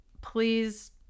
please